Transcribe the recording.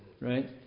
right